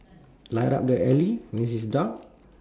light up the alley when it's dark